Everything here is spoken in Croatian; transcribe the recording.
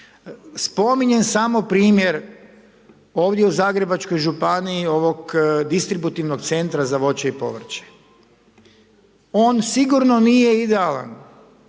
spominjem samo primjer ovdje u Zagrebačkoj županiji, ovog distributivnog centra za voće i povrće, on sigurno nije idealan,